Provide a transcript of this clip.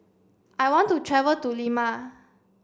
I want to travel to Lima